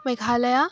Meghalaya